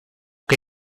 che